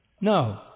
No